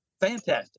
fantastic